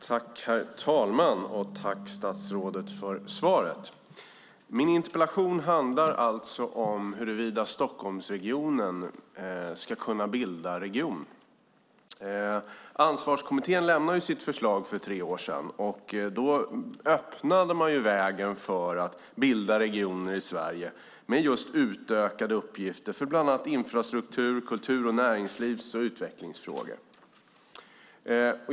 Herr talman! Tack för svaret, statsrådet! Min interpellation handlar om huruvida Stockholmsregionen ska kunna bilda region. Ansvarskommittén lämnade sitt förslag för tre år sedan. Då öppnade man vägen för att bilda regioner i Sverige med utökade uppgifter för bland annat infrastruktur, kultur-, näringslivs och utvecklingsfrågor.